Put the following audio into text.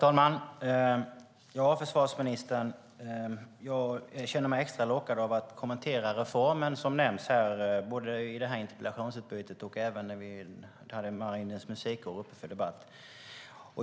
Herr talman! Jag känner mig extra lockad, förvarsministern, att kommentera reformen som nämndes både i den här interpellationsdebatten och när vi hade Marinens Musikkår uppe för debatt.